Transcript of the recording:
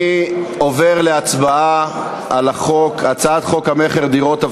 אני עובר להצבעה על הצעת חוק המכר (דירות)